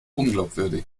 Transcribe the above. unglaubwürdig